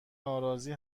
ناراضی